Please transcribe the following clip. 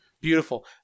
Beautiful